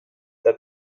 that